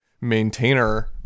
maintainer